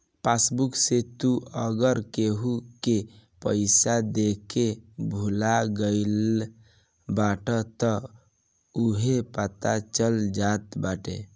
passbook से तू अगर केहू के पईसा देके भूला गईल बाटअ तअ उहो पता चल जात बाटे